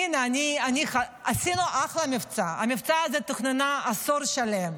הינה, עשינו אחלה מבצע, המבצע הזה תוכנן עשור שלם.